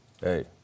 Hey